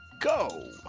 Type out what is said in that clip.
Go